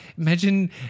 imagine